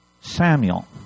Samuel